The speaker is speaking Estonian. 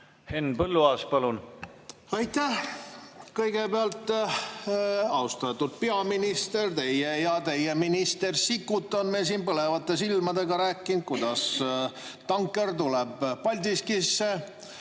Henn Põlluaas, palun! Aitäh! Kõigepealt, austatud peaminister, teie ja teie minister Sikkut on meile siin põlevate silmadega rääkinud, kuidas tanker tuleb Paldiskisse.